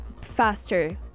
faster